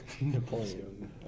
Napoleon